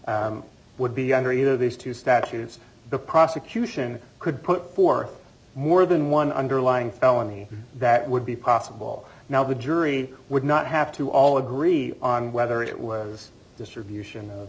would be under either of these two statutes the prosecution could put for more than one underlying felony that would be possible now the jury would not have to all agree on whether it was distribution of